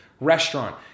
restaurant